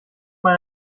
man